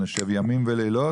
אנחנו נשב ימים ולילות,